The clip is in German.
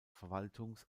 verwaltungs